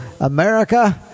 America